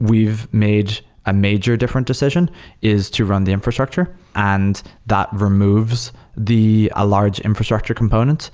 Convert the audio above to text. we've made a major different decision is to run the infrastructure, and that removes the ah large infrastructure components,